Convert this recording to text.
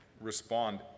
respond